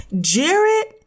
Jared